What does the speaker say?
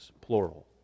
Plural